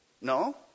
No